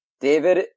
David